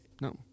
no